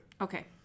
Okay